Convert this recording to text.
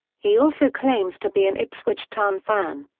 he also claims to be an ipswich town fan.